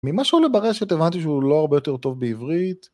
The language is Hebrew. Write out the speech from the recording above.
ממה שעולה ברשת הבנתי שהוא לא הרבה יותר טוב בעברית